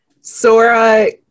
Sora